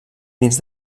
dins